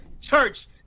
Church